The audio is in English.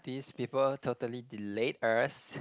these people totally delayed us